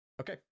Okay